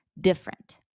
different